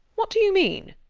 what do you mean?